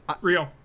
Real